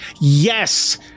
Yes